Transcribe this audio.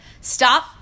stop